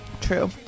true